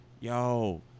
Yo